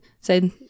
say